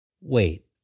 Wait